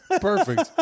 Perfect